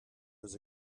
was